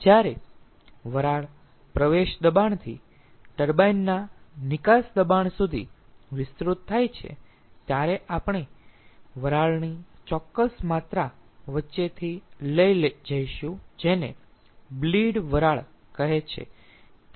જ્યારે વરાળ પ્રવેશ દબાણથી ટર્બાઇન ના નિકાસ દબાણ સુધી વિસ્તૃત થાય છે ત્યારે આપણે વરાળની ચોક્કસ માત્રા વચ્ચેથી લઈ જઈશું જેને બ્લીડ વરાળ કહે છે